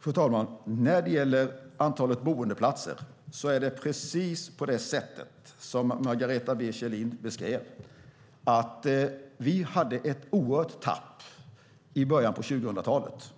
Fru talman! När det gäller antalet boendeplatser är det precis så som Margareta B Kjellin beskrivit. Vi hade ett oerhört stort tapp i början av 2000-talet.